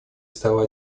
стала